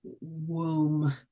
womb